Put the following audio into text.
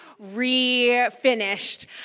refinished